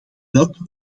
welke